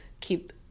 keep